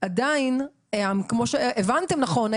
עדיין כמו שהבנתם נכון,